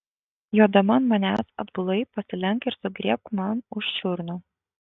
jodama ant manęs atbulai pasilenk ir sugriebk man už čiurnų